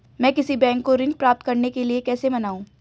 मैं किसी बैंक को ऋण प्राप्त करने के लिए कैसे मनाऊं?